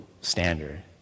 standard